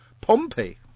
Pompey